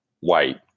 white